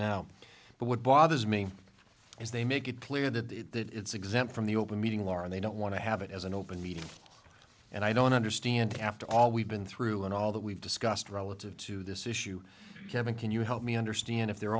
now but what bothers me is they make it clear that it's exempt from the open meeting law or they don't want to have it as an open meeting and i don't understand after all we've been through and all that we've discussed relative to this issue kevin can you help me understand if they're